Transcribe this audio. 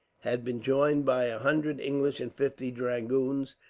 had been joined by a hundred english and fifty dragoons,